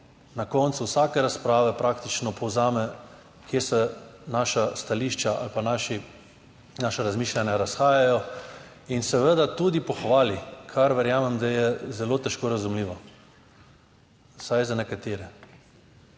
Na koncu vsake razprave praktično povzame kje se naša stališča ali pa naši, naša razmišljanja razhajajo in seveda tudi pohvali, kar verjamem, da je zelo težko razumljivo, vsaj za nekatere.